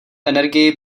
energii